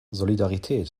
solidarität